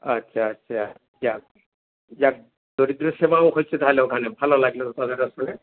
আচ্ছা আচ্ছা যাক যাক দরিদ্র সেবাও হয়েছে তাহলে ওখানে ভালো লাগলো কথাটা পড়ে